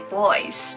boys